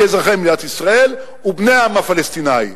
כאזרחי מדינת ישראל ובני העם הפלסטיני.